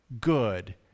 good